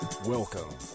Welcome